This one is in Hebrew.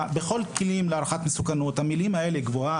בכל כלי להערכת מסוכנות המילים האלה כמו גבוהה,